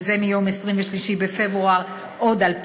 וזה מיום 23 בפברואר 2011,